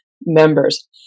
members